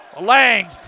Lang